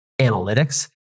analytics